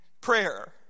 prayer